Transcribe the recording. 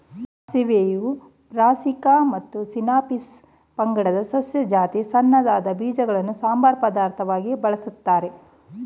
ಸಾಸಿವೆಯು Brassica ಮತ್ತು Sinapis ಪಂಗಡದ ಸಸ್ಯ ಜಾತಿ ಸಣ್ಣದಾದ ಬೀಜಗಳನ್ನು ಸಂಬಾರ ಪದಾರ್ಥವಾಗಿ ಬಳಸ್ತಾರೆ